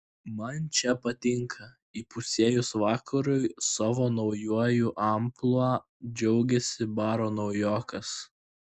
man čia patinka įpusėjus vakarui savo naujuoju amplua džiaugėsi baro naujokas